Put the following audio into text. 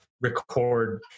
record